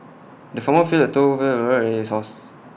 the farmer filled A trough full of his horses